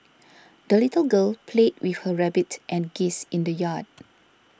the little girl played with her rabbit and geese in the yard